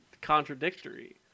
contradictory